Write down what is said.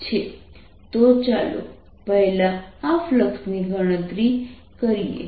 da⏟ E તો ચાલો પહેલા આ ફ્લક્સ ની ગણતરી કરીએ